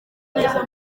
neza